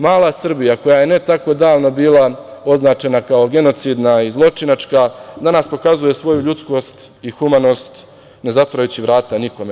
Mala Srbija koja je ne tako davno bila označena kao genocidna i zločinačka danas pokazuje svoju ljudskost i humanost ne zatvarajući vrata nikome.